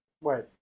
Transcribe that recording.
Wait